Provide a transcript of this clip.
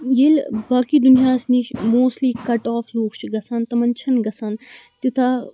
ییٚلہِ باقٕے دُنیاہَس نِش موسٹلی کَٹ آف لُکھ چھِ گَژھان تِمَن چھِنہٕ گَژھان تیوتاہ